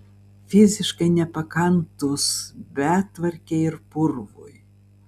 fiziškai nepakantūs betvarkei ir purvui